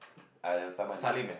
!aiyo! saman